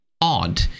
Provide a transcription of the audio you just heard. odd